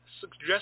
suggest